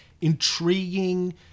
intriguing